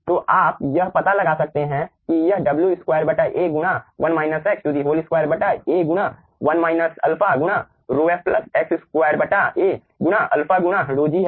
तो आप यह पता लगा सकते हैं कि यह W2A गुणा 2 बटा A गुणा 1 माइनस α गुणा ρf प्लस X2 A गुणा α गुणा ρg है